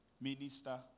minister